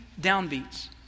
downbeats